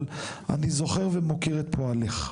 אבל אני זוכר ומוקיר את פועלך.